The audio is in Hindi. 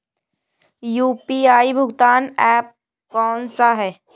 यू.पी.आई भुगतान ऐप कौन सा है?